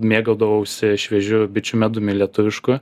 mėgaudavausi šviežiu bičių medumi lietuvišku